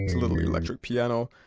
little electric piano.